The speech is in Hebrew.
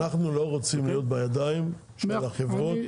אנחנו לא רוצים להיות בידיים של החברות,